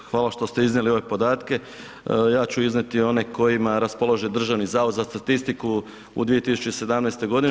Evo, hvala što ste iznijeli ove podatke, ja ću iznijeti one kojima raspolaže Državni zavod za statistiku u 2017. godini.